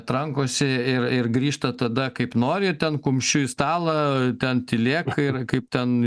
trankosi ir ir grįžta tada kaip nori ten kumščiu į stalą ten tylėk ir kaip ten